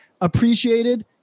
appreciated